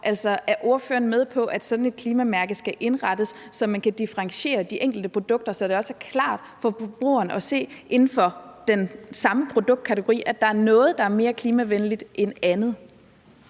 pap: Er ordføreren med på, at sådan et klimamærke skal indrettes, så man kan differentiere de enkelte produkter, så forbrugeren også klart kan se, at der inden for den samme produktkategori er noget, der er mere klimavenligt end andet?